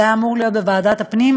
זה היה אמור להיות בוועדת הפנים,